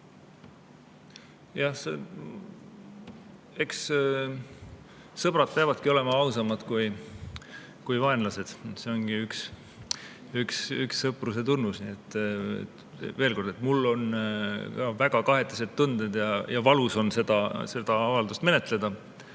Eks sõbrad peavadki olema ausamad kui vaenlased, see ongi üks sõpruse tunnus. Veel kord, mul on ka väga kahetised tunded ja valus on seda avaldust menetleda,